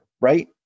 right